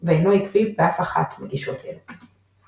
ואינו עקבי באחת מגישות אלו.